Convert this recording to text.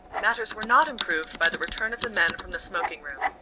matters were not improved by the return of the men from the smoking-room.